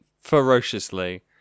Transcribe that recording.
ferociously